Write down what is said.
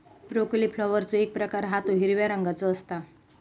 broccoli फ्लॉवरचो एक प्रकार हा तो हिरव्या रंगाचो असता